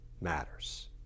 matters